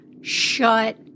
shut